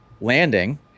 landing